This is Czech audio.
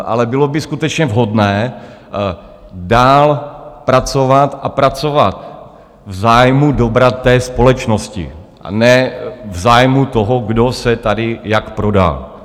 Ale bylo by skutečně vhodné dál pracovat a pracovat v zájmu dobra společnosti, a ne v zájmu toho, kdo se tady jak prodá.